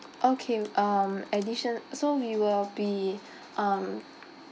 okay um addition so we will be um